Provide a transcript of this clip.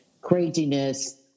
craziness